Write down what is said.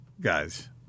guys